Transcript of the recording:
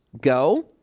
go